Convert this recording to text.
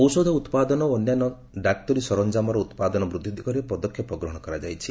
ଔଷଧ ଉତ୍ପାଦନ ଓ ଅନ୍ୟାନ୍ୟ ଡାକ୍ତରୀ ସରଞ୍ଜାମର ଉତ୍ପାଦନ ବୃଦ୍ଧି ଦିଗରେ ପଦକ୍ଷେପ ଗ୍ରହଣ କରାଯାଇଛି